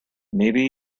maybe